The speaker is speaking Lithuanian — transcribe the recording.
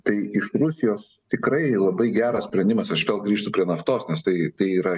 tai iš rusijos tikrai labai geras sprendimas aš vėl grįžtu prie naftos nes tai tai yra